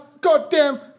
goddamn